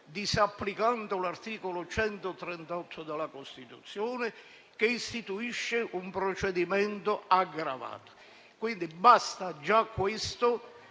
disapplicando l'articolo 138 della Costituzione, che istituisce un procedimento aggravato. Basta già questo